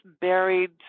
buried